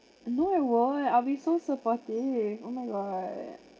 no I won't I'll be so supportive oh my god